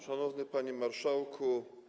Szanowny Panie Marszałku!